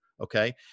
okay